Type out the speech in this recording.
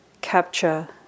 capture